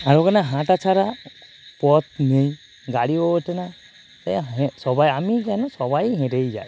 আর ওখানে হাঁটা ছাড়া পথ নেই গাড়িও ওটে না তো হেঁ সবাই আমি জানি সবাই হেঁটেই যায়